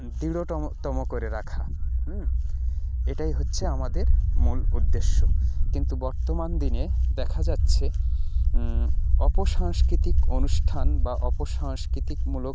দৃঢ় তম করে রাখা এটাই হচ্ছে আমাদের মূল উদ্দেশ্য কিন্তু বর্তমান দিনে দেখা যাচ্ছে অপসাংস্কৃতিক অনুষ্ঠান বা অপসংস্কৃতিমূলক